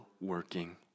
working